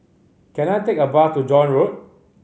can I take a bus to John Road